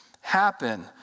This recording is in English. happen